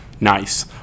nice